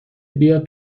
بیاد